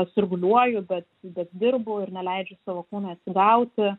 sirguliuoju bet bet dirbu ir neleidžiu savo kūnui atsigauti